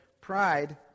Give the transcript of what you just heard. pride